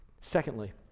Secondly